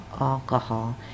alcohol